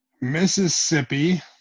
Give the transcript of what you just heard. Mississippi